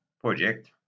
project